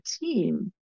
team